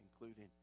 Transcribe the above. including